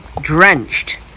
drenched